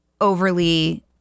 overly